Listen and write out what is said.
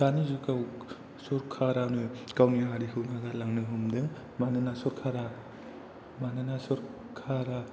दानि जुगाव सरखारानो गावनि हारिखौ नागारलांनो हमदों मानोना सरखारा मानोना सरखारा